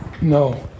No